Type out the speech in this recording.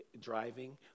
driving